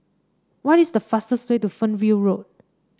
what is the fastest way to Fernhill Road